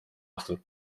aastal